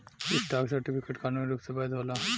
stock certificate कानूनी रूप से वैध होला